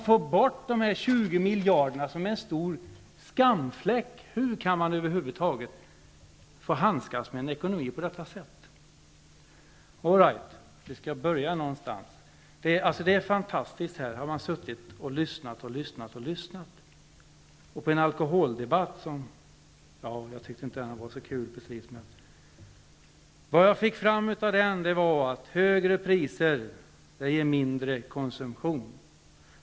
få bort dessa 20 miljarder, som är en stor skamfläck. Hur kan man över huvud taget få handskas med en ekonomi på detta sätt? All right, vi skall börja någonstans. Det är fantastiskt. Här har man suttit och lyssnat och lyssnat och lyssnat bl.a. på en alkoholdebatt som inte var så kul precis. Vad jag fick fram av den debatten var att högre priser ger mindre konsumtion.